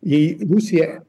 jei rusija